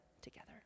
together